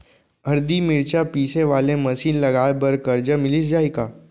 हरदी, मिरचा पीसे वाले मशीन लगाए बर करजा मिलिस जाही का?